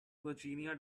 virginia